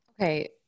Okay